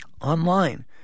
online